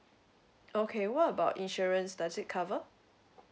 okay what about insurance does it cover